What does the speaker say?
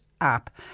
app